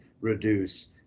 reduce